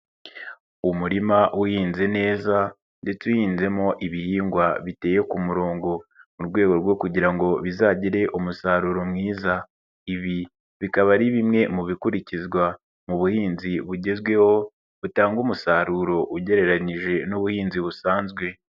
Umurima uhinze neza ndetse uhinzemo ibihingwa biteye ku murongo mu rwego rwo kugira ngo bizagire umusaruro mwiza, ibi bikaba ari bimwe mu bikurikizwa mu buhinzi bugezweho, butanga umusaruro ugereranyije n'ubuhinzi busanzwe.